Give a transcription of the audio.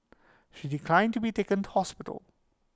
she declined to be taken to hospital